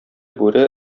бүре